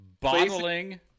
bottling